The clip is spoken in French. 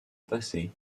passé